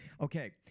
Okay